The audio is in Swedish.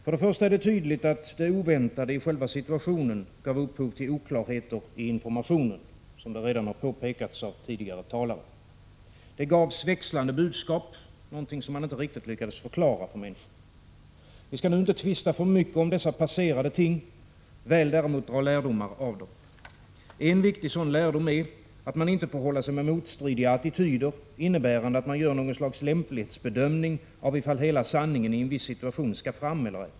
För det första är det ju tydligt att det oväntade i själva situationen gav upphov till oklarheter i informationen, såsom det redan har påpekats av tidigare talare. Det gavs växlande budskap — något som man inte riktigt lyckades förklara för människor. Vi skall nu inte tvista för mycket om dessa passerade ting, väl däremot dra lärdomar av dem. En sådan viktig lärdom är att man inte får hålla sig med motstridiga attityder, innebärande att man gör något slags lämplighetsbedömning av ifall hela sanningen i en viss situation skall fram eller ej.